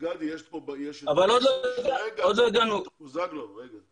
אבל עוד לא הגענו --- בוזגלו, רגע.